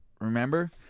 Remember